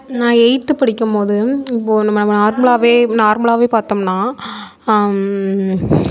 நான் எய்த் படிக்கும்போது இப்போ நம்ம நார்மலாகவே நார்மலாகவே பார்த்தோம்னா